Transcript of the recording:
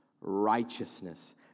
righteousness